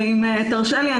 אם תרשה לי,